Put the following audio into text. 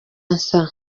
nsa